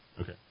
Okay